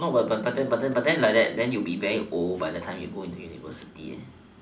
no but then but then but then like that you'll be very old by the time you go into university